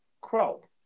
Crow